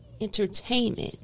entertainment